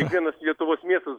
kiekvienas lietuvos miestas